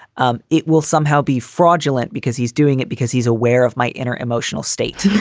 um it will somehow be fraudulent because he's doing it, because he's aware of my inner emotional state.